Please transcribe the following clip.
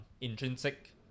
intrinsic